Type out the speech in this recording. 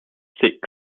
six